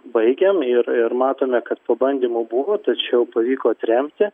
baigėm ir ir matome kad pabandymų buvo tačiau pavyko atremti